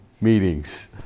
meetings